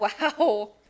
Wow